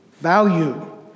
value